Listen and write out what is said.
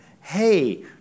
Hey